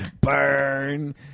burn